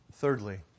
Thirdly